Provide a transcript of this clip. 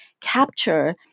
capture